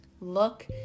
Look